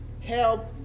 help